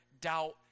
doubt